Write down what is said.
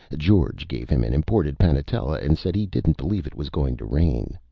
george gave him an imported panetella and said he didn't believe it was going to rain.